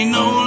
no